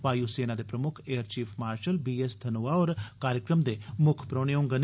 वायु सेना दे प्रमुक्ख air chief marshal B S Dhanoa होर कार्यक्रम दे मुक्ख परौहने न